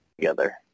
together